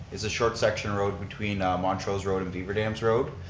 it's a short section road between um montrose road and beaverdams road.